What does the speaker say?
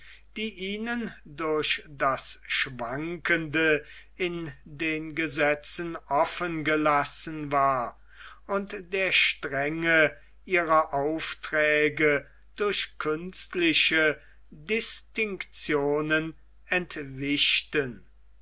die ihnen durch das schwankende in den gesetzen offen gelassen war und der strenge ihrer aufträge durch künstliche distinktionen entwischten